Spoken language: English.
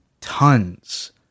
tons